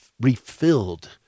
refilled